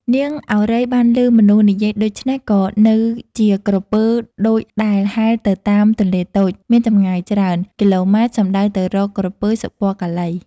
នាងឱរ៉ៃ បានឮមនុស្សនិយាយដូច្នេះ ក៏នៅជាក្រពើដូចដែលហែលទៅតាមទន្លេតូច មានចម្ងាយច្រើន គីឡូម៉ែត្រ សំដៅទៅរកក្រពើ សុពណ៌កាឡី។